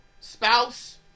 spouse